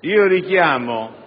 Richiamo ora